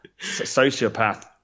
sociopath